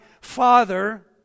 Father